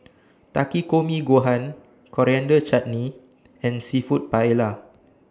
Takikomi Gohan Coriander Chutney and Seafood Paella